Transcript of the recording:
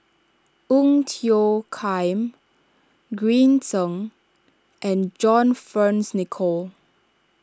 Ong Tiong Khiam Green Zeng and John Fearns Nicoll